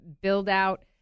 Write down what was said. build-out